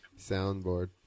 soundboard